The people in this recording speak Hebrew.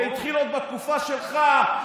זה התחיל עוד בתקופה שלך.